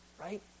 right